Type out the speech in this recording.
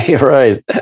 Right